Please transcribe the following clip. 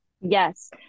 Yes